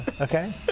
Okay